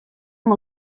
amb